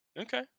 okay